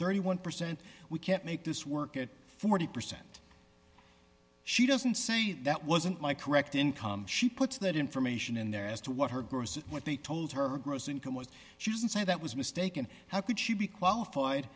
thirty one percent we can't make this work at forty percent she doesn't say that wasn't my correct income she put that information in there as to what her gross at what they told her gross income was she didn't say that was mistaken how could she be qualified